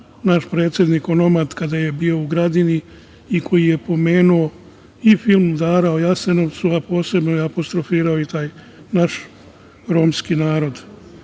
naš predsednik onomad kada je bio u Gradini i koji je pomenuo i film „ Dara iz Jasenovca“, a posebno je apostrofirao taj naš romski narod. Dakle,